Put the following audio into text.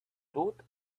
stood